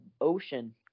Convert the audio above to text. ocean